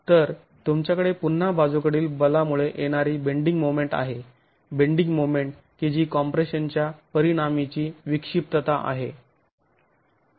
तर तुमच्याकडे पुन्हा बाजूकडील बलामुळे येणारी बेंडिंग मोमेंट आहे बेंडिंग मोमेंट की जी कॉम्प्रेशन च्या परिणामीची विक्षिप्तता आहे